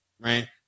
Right